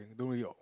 I don't really orh